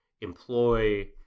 employ